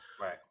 right